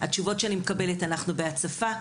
התשובות שאני מקבלת - אנחנו בהצפה,